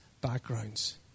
backgrounds